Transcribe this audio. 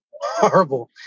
horrible